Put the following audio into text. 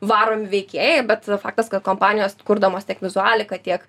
varomi veikėjai bet faktas kad kompanijos kurdamos tiek vizualiką tiek